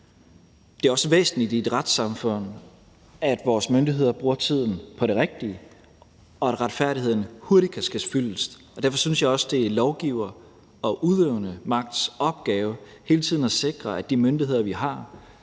Det er også væsentligt i et retssamfund, at vores myndigheder bruger tiden på det rigtige, og at retfærdigheden hurtigt kan ske fyldest. Derfor synes jeg også, at det er lovgivers og den udøvende magts opgave hele tiden at sikre, at de myndigheder, vi har,